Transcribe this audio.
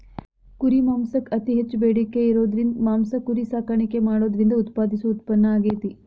ಕುರಿ ಮಾಂಸಕ್ಕ್ ಅತಿ ಹೆಚ್ಚ್ ಬೇಡಿಕೆ ಇರೋದ್ರಿಂದ ಮಾಂಸ ಕುರಿ ಸಾಕಾಣಿಕೆ ಮಾಡೋದ್ರಿಂದ ಉತ್ಪಾದಿಸೋ ಉತ್ಪನ್ನ ಆಗೇತಿ